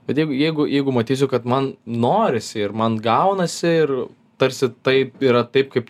bet jeigu jeigu jeigu matysiu kad man norisi ir man gaunasi ir tarsi taip yra taip kaip